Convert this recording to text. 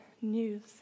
news